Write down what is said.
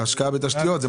ההשקעה בתשתיות.